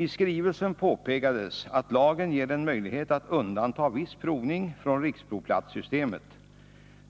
I skrivelsen påpekades att lagen ger en möjlighet att undanta viss provning från riksprovplatssystemet.